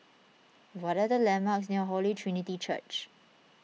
what are the landmarks near Holy Trinity Church